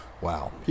Wow